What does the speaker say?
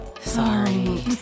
Sorry